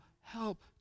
help